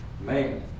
Man